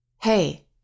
Hey